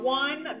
one